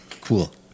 Cool